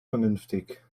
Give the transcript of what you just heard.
vernünftig